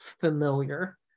familiar